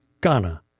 Ghana